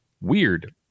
Weird